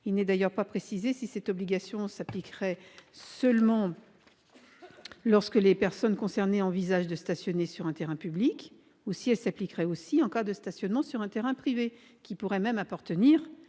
Il n'est d'ailleurs pas précisé si cette obligation s'appliquerait seulement lorsque les personnes concernées envisagent de stationner sur un terrain public, ou si elle s'appliquerait aussi en cas de stationnement sur un terrain privé, qui pourrait même appartenir